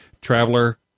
Traveler